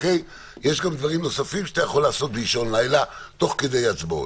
יש גם דברים נוספים שאתה יכול לעשות באישון לילה תוך כדי הצבעות.